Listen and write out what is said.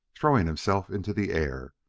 throwing himself into the air,